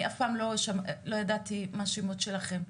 אני אף פעם לא ידעתי מה השמות שלכם.